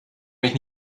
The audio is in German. mich